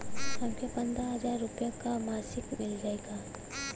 हमके पन्द्रह हजार रूपया क मासिक मिल जाई का?